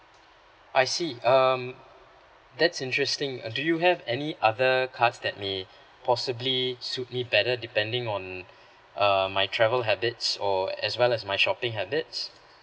I see um that's interesting uh do you have any other cards that may possibly suit me better depending on err my travel habits or as well as my shopping habits